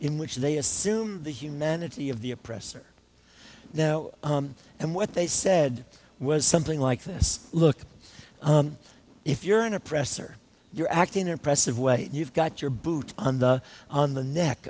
in which they assumed the humanity of the oppressor now and what they said was something like this look if you're an oppressor you're acting impressive way you've got your boot on the on the neck